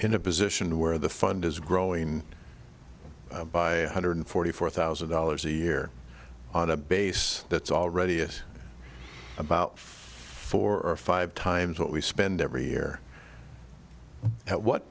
in a position where the fund is growing by hundred forty four thousand dollars a year on a base that's already is about four or five times what we spend every year at what